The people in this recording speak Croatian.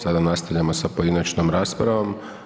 Sada nastavljamo s pojedinačnom raspravom.